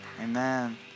Amen